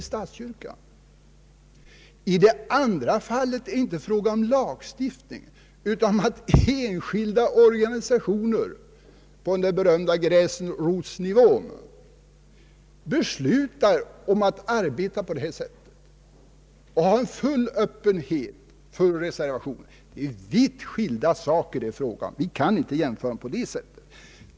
I det andra fallet är det inte fråga om lagstiftning utan om enskilda organisationer på den berömda gräsrotsnivån som beslutar att arbeta på detta sätt och lämnar det fullt öppet för reservationer. Det är vitt skilda saker, och vi kan inte jämföra dem på detta sätt.